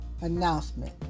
announcement